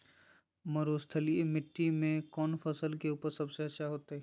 मरुस्थलीय मिट्टी मैं कौन फसल के उपज सबसे अच्छा होतय?